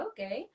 Okay